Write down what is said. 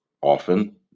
often